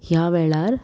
ह्या वेळार